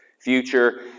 future